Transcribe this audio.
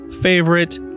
favorite